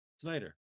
Snyder